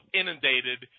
inundated